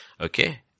Okay